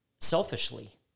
selfishly